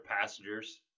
passengers